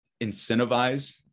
incentivize